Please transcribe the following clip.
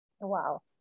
Wow